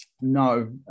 no